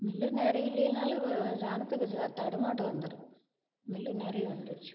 mill நிறைய இல்லைனாலும் ஜனத்துக்கு ஜ தடுமாட்டம் வந்துடும் மில்லு நிறைய வந்துடுச்சி